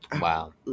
Wow